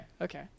Okay